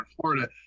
Florida